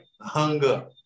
hunger